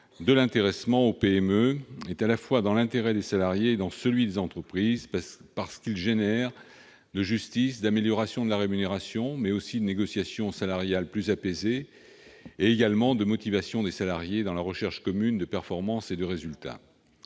de l'intéressement aux PME est à la fois dans l'intérêt des salariés et dans celui des entreprises. Il génère plus de justice, il améliore la rémunération, il favorise des négociations salariales plus apaisées et il augmente la motivation des salariés dans la recherche de performances et de résultats.